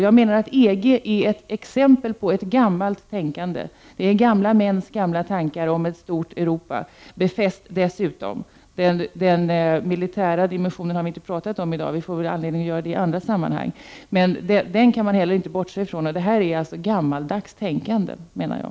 Jag menar att EG är ett exempel på ett gammalt tänkande. Det är gamla mäns gamla tankar om ett stort Europa — dessutom befäst. Den militära dimensionen har vi inte talat om i dag. Den kan man emellertid inte bortse från. Vi får väl anledning att tala om detta i andra sammanhang. Detta är gammaldags tänkande, menar jag.